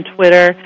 Twitter